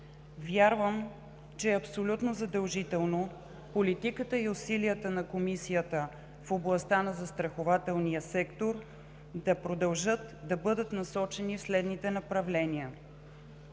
Вярвам, че е абсолютно задължително политиката и усилията на Комисията в областта на застрахователния сектор да продължат да бъдат насочени в следните направления: